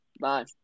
Bye